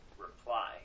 reply